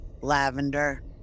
lavender